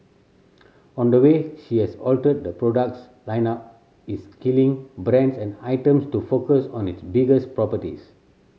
on the way she has altered the products lineup is killing brands and items to focus on its biggest properties